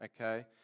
okay